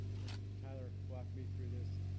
when tyler walked me through this,